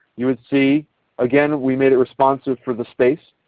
you would see again, we made it responsive for the states.